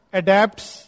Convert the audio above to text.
adapts